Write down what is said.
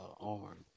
arm